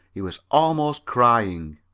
he was almost crying.